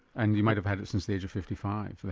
and you might have had it since the age of fifty five,